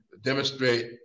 demonstrate